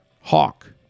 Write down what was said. Hawk